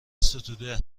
ستوده